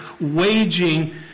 waging